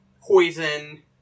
poison